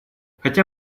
хотя